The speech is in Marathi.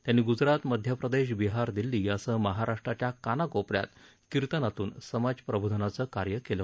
त्यांनी ग्जरात मध्यप्रदेश बिहार दिल्ली यासह महाराष्ट्राच्या कानाकोपऱ्यात कीर्तनातून समाज प्रबोधनाचे कार्य केलं